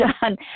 done